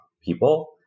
people